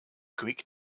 greek